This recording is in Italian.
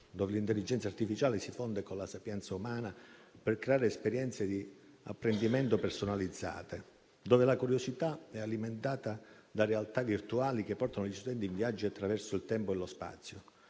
dove l'intelligenza artificiale si fonde con la sapienza umana per creare esperienze di apprendimento personalizzate, dove la curiosità è alimentata da realtà virtuali che portano gli studenti in viaggio attraverso il tempo e lo spazio.